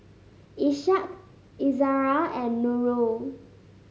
Ishak Izzara and Nurul